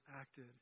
acted